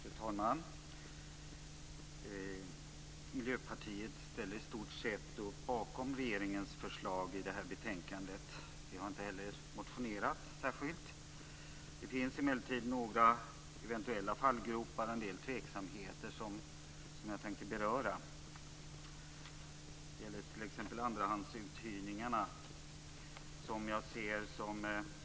Fru talman! Miljöpartiet ställer i stort sett upp bakom regeringens förslag i detta betänkande. Vi har inte heller motionerat i ärendet. Det finns emellertid några eventuella fallgropar och en del tveksamheter som jag tänkte beröra. Det gäller t.ex. andrahandsuthyrningarna.